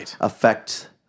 affect